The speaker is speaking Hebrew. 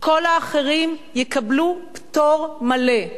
כל האחרים יקבלו פטור מלא.